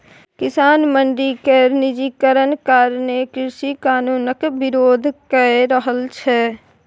किसान मंडी केर निजीकरण कारणें कृषि कानुनक बिरोध कए रहल छै